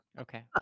Okay